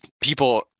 people